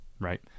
right